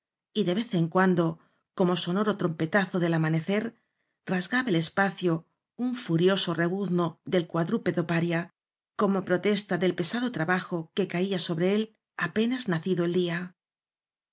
y de vez en cuando como sonoro trompetazo del amanecer rasgaba el espacio un furioso rebuzno del cuadrúpedo paria como protesta del pesado trabajo que caía sobre él apenas nacido el día